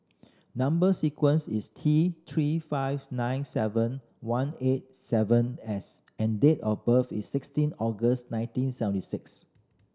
number sequence is T Three five nine seven one eight seven S and date of birth is sixteen August nineteen seventy six